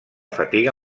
fatiga